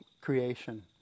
creation